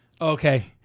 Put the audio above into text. Okay